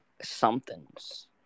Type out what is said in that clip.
somethings